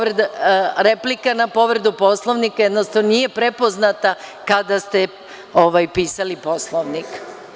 Replika na povredu Poslovnika jednostavno nije prepoznata kada ste pisali Poslovnik.